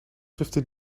fifty